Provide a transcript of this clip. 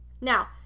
Now